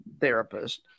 therapist